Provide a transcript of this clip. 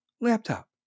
laptop